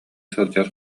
сылдьар